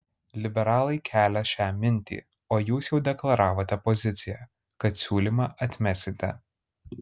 liberalai kelią šią mintį o jūs jau deklaravote poziciją kad siūlymą atmesite